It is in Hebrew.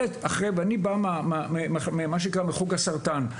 אני בא מחוק הסרטן.